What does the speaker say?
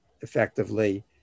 effectively